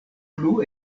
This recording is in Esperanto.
plu